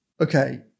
okay